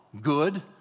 good